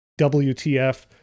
WTF